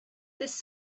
this